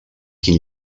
quin